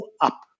up